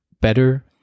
Better